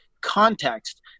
context